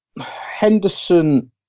Henderson